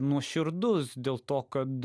nuoširdus dėl to kad